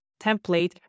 template